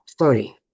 sorry